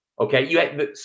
Okay